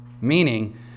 Meaning